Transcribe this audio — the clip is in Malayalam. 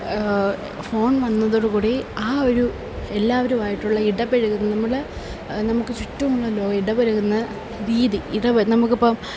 ഫോൺ വന്നതോടുകൂടി ആ ഒരു എല്ലാവരുമായിട്ടുള്ള ഇടപഴകുന്ന നമ്മൾ നമുക്ക് ചുറ്റുമുള്ള ഇടപഴകുന്ന രീതി നമ്മൾക്കിപ്പം